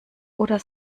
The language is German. oder